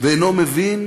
ואינו מבין